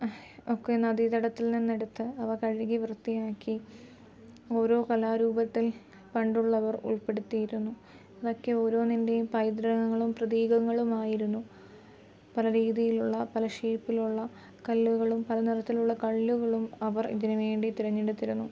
ഒക്കെ നദീതടത്തിൽ നിന്നെടുത്ത് അവ കഴുകി വൃത്തിയാക്കി ഓരോ കലാരൂപത്തിൽ പണ്ടുള്ളവർ ഉൾപ്പെടുത്തിയിരുന്നു അതൊക്കെ ഓരോന്നിന്റെയും പൈതൃകങ്ങളും പ്രതീകങ്ങളും ആയിരുന്നു പ്രതീതിയിലുള്ള പല ഷേപ്പിലുള്ള കല്ലുകളും പല നിറത്തിലുള്ള കല്ലുകളും അവർ ഇതിന് വേണ്ടി തിരഞ്ഞെടുത്തിരുന്നു